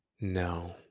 no